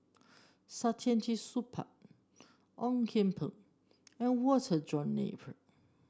Saktiandi Supaat Ong Kian Peng and Walter John Napier